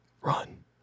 Run